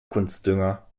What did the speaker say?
kunstdünger